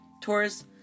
Taurus